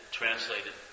translated